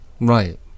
Right